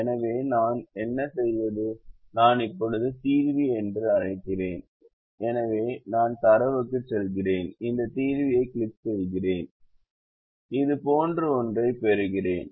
எனவே நான் என்ன செய்வது நான் இப்போது தீர்வி என்று அழைக்கிறேன் எனவே நான் தரவுக்குச் செல்கிறேன் இந்த தீர்வைக் கிளிக் செய்கிறேன் இது போன்ற ஒன்றைப் பெறுகிறேன்